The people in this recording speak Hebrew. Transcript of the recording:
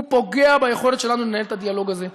הוא פוגע ביכולת שלנו לנהל את הדיאלוג הזה,